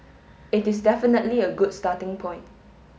it is definitely a good starting point